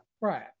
Right